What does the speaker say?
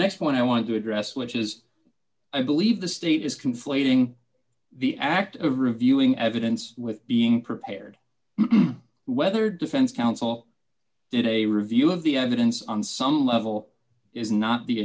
next point i want to address which is i believe the state is conflating the act of reviewing evidence with being prepared whether defense counsel in a review of the evidence on some level is not the